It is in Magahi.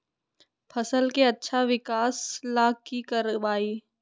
फसल के अच्छा विकास ला की करवाई?